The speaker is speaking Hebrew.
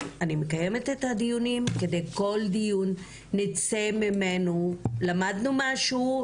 אני מקיימת את הדיונים כדי שמכל דיון נצא שלמדנו משהו,